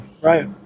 right